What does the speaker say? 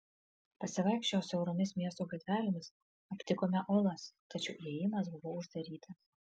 pasivaikščioję siauromis miesto gatvelėmis aptikome olas tačiau įėjimas buvo uždarytas